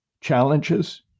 challenges